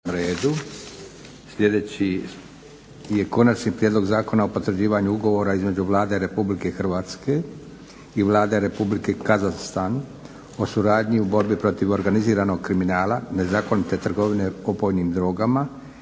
sa 116 glasova za donesen Zakon o potvrđivanju ugovora između Vlade Republike Hrvatske i Vlade Republike Kazahstana o suradnji u borbi protiv organiziranog kriminala, nezakonite trgovine opojnim drogama